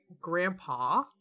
grandpa